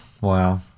Wow